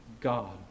God